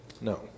No